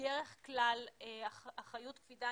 בדרך כלל אחריות קפידה